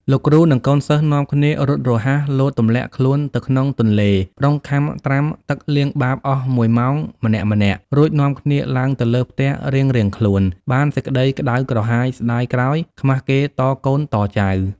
លោកគ្រូនិងកូនសិស្សនាំគ្នារត់រហ័ស លោតទម្លាក់ខ្លួនទៅក្នុងទន្លេប្រុងខំត្រាំទឹកលាងបាបអស់ ១ ម៉ោងម្នាក់ៗ រួចនាំគ្នាឡើងទៅលើផ្ទះរៀងៗខ្លួនបានសេចក្តីក្តៅ ក្រហាយស្តាយក្រោយ ខ្មាសគេតកូនតចៅ ។